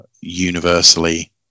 universally